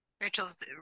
Rachel's